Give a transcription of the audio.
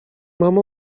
mam